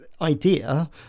Idea